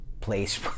place